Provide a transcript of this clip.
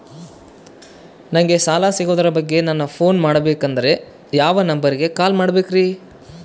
ನಂಗೆ ಸಾಲ ಸಿಗೋದರ ಬಗ್ಗೆ ನನ್ನ ಪೋನ್ ಮಾಡಬೇಕಂದರೆ ಯಾವ ನಂಬರಿಗೆ ಕಾಲ್ ಮಾಡಬೇಕ್ರಿ?